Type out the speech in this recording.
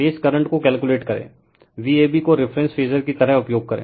phase current को calculate करें Vab को रिफ़रेंस फेजर की तरह उपयोग करें